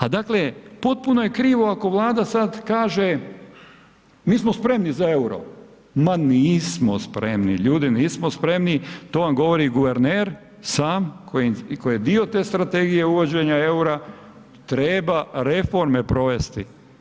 A dakle potpuno je krivo ako Vlada sad kaže mi smo spremni za EUR-o, ma nismo spremni ljudi, nismo spremni, to vam govori guverner sam koji je dio te strategije uvođenja EUR-a, treba reforme provesti.